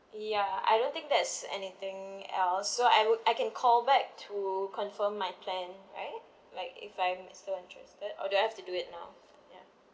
ya I don't think there's anything else so I would I can call back to confirm my plan right like if I'm still interested or do I have to do it now ya